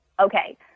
okay